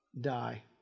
die